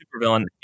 supervillain